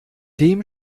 dem